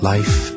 Life